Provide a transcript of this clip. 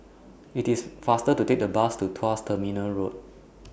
IT IS faster to Take The Bus to Tuas Terminal Road